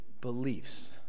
beliefs